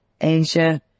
Asia